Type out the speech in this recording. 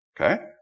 okay